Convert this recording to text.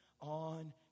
on